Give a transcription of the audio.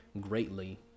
greatly